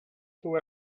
too